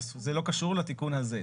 זה לא קשור לתיקון הזה.